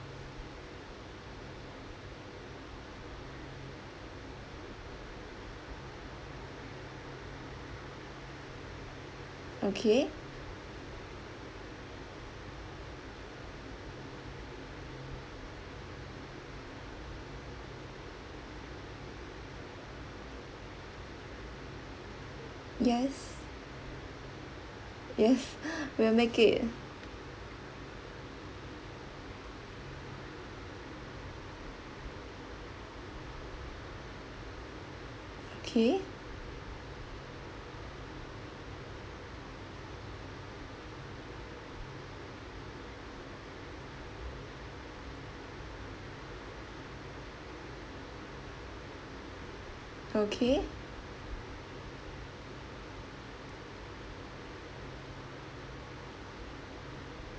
okay yes yes we'll make it okay okay